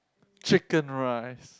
chicken rice